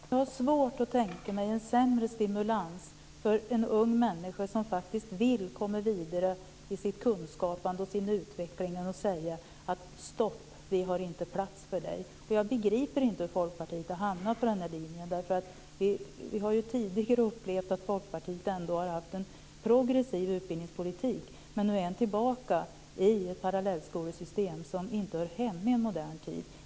Herr talman! Jag har svårt att tänka mig en sämre stimulans för en ung människa som faktiskt vill komma vidare när det gäller kunskap och utveckling än att säga: Stopp! Vi har inte plats för dig. Jag begriper inte hur Folkpartiet har hamnat på denna linje. Vi har ju tidigare upplevt att Folkpartiet ändå har haft en progressiv utbildningspolitik. Men nu är man tillbaka i ett parallellskolesystem som inte hör hemma i modern tid.